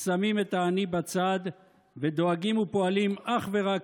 שמים את האני בצד ודואגים ופועלים אך ורק